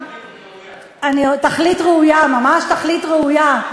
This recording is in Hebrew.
תכלית ראויה, תכלית ראויה.